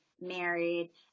married